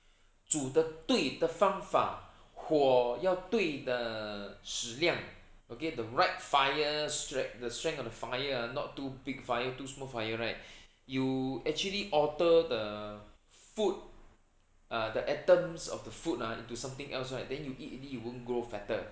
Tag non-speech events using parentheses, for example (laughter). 煮得对的方法火要对的适量 okay the right fire stre~ the strength of the fire ah not too big fire not too small fire right (breath) you actually alter the food the atoms of the food ah into something else right then you eat already you won't grow fatter